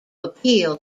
appeal